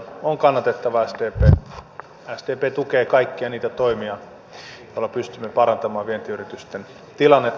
sdp tukee kaikkia niitä toimia joilla pystymme parantamaan vientiyritysten tilannetta